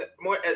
more